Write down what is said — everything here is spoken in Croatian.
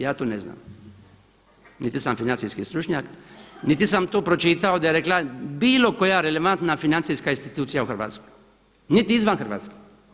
Ja to ne znam, niti sam financijski stručnjak, niti sam to pročitao da je rekla bilo koja relevantna financijska institucija u Hrvatskoj niti izvan Hrvatske.